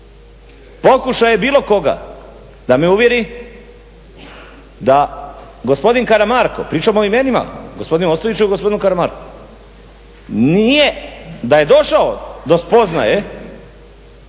pokušaje bilo koga da me uvjeri da gospodin Karamarko, pričamo o imenima, gospodinu Ostojiću i gospodinu Karamarku, da je došao do spoznaje